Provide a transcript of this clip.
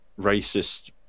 racist